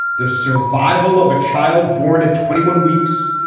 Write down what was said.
the survival of a child born at twenty one weeks.